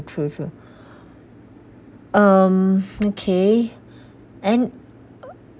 true true um okay and